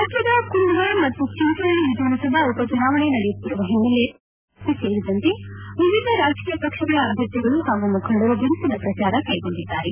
ರಾಜ್ಯದ ಕುಂದಗೋಳ ಮತ್ತು ಚೆಂಚೋಳಿ ವಿಧಾನಸಭಾ ಉಪಚುನಾವಣೆ ನಡೆಯುತ್ತಿರುವ ಹಿನ್ನೆಲೆಯಲ್ಲಿ ಕಾಂಗ್ರೆಸ್ ಬಿಜೆಪಿ ಸೇರಿದಂತೆ ವಿವಿಧ ರಾಜಕೀಯ ಪಕ್ಷಗಳ ಅಭ್ಯರ್ಥಿಗಳು ಹಾಗೂ ಮುಖಂಡರು ಬಿರುಸಿನ ಪ್ರಜಾರ ಕೈಗೊಂಡಿದ್ದಾರೆ